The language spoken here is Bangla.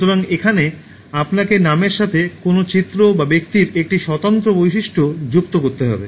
সুতরাং এখানে আপনাকে নামের সাথে কোনও চিত্র বা ব্যক্তির একটি স্বতন্ত্র বৈশিষ্ট্য যুক্ত করতে হবে